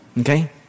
Okay